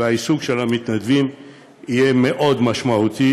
והעיסוק של המתנדבים יהיו מאוד משמעותיים,